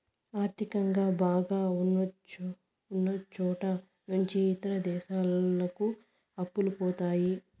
ఆర్థికంగా బాగా ఉన్నచోట నుంచి ఇతర దేశాలకు అప్పులు పోతాయి